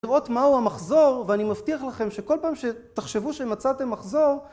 רואות מהו המחזור, ואני מבטיח לכם שכל פעם שתחשבו שמצאתם מחזור